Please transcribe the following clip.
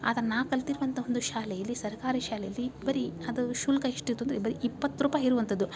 ಆದ್ರೆ ನಾ ಕಲ್ತಿರುವಂಥ ಒಂದು ಶಾಲೆಯಲ್ಲಿ ಸರ್ಕಾರಿ ಶಾಲೆಯಲ್ಲಿ ಬರೀ ಅದು ಶುಲ್ಕ ಎಷ್ಟು ಇತ್ತು ಅಂದರೆ ಬರಿ ಇಪ್ಪತ್ತು ರೂಪಾಯಿ ಇರುವಂಥದ್ದು